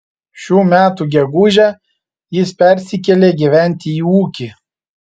šių metų gegužę jis persikėlė gyventi į ūkį